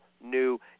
new